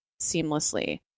seamlessly